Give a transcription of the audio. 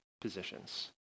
positions